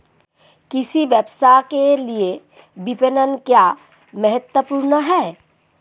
कृषि व्यवसाय के लिए विपणन क्यों महत्वपूर्ण है?